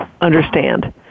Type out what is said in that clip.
understand